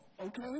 Okay